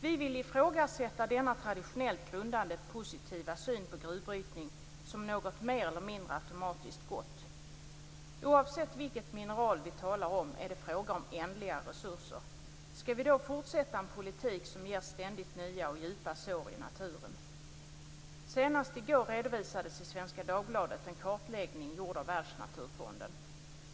Vi vill ifrågasätta denna traditionellt grundade positiva syn på gruvbrytning som någonting mer eller mindre automatiskt gott. Oavsett vilket mineral vi talar om är det fråga om ändliga resurser. Skall vi då fortsätta med en politik som ger ständigt nya och djupa sår i naturen? Senast i går redovisades i Svenska Dagbladet en kartläggning gjord av Världsnaturfonden.